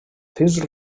fins